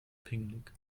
pingelig